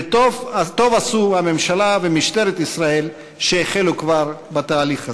וטוב עשו הממשלה ומשטרת ישראל שהחלו כבר בתהליך הזה.